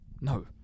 No